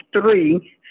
three